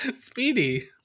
Speedy